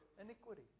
iniquity